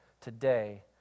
today